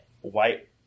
White